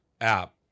app